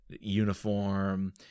uniform